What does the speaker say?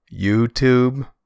YouTube